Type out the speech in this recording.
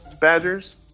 badgers